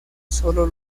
solo